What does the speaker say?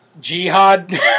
jihad